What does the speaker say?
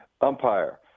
umpire